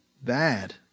bad